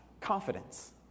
confidence